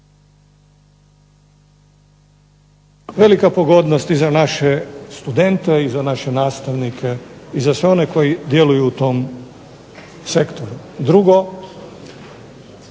Velika pogodnost i za naše studente i za naše nastavnike i za sve one koji djeluju u tom sektoru. Drugo,